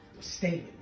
Stay